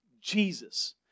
Jesus